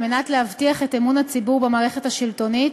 על מנת להבטיח את אמון הציבור במערכת השלטונית,